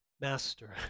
master